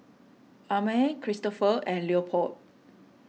Amare Kristofer and Leopold